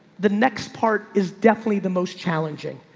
the next part is definitely the most challenging.